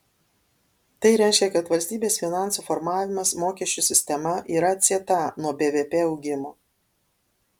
tai reiškia kad valstybės finansų formavimas mokesčių sistema yra atsieta nuo bvp augimo